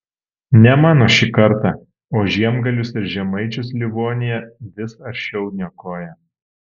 ne mano šį kartą o žiemgalius ir žemaičius livonija vis aršiau niokoja